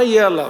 מה יהיה עליו?